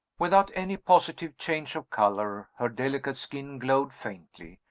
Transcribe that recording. without any positive change of color, her delicate skin glowed faintly,